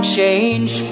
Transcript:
Change